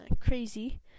crazy